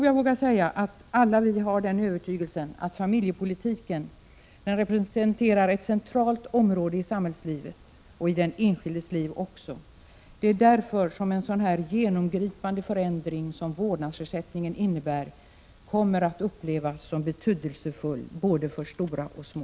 Jag vågar säga att vi alla har övertygelsen att familjepolitiken representerar ett centralt område både i samhällslivet och i den enskildes liv. Det är därför som en genomgripande förändring som vårdnadsersättningen innebär kommer att upplevas som betydelsefull både för stora och för små.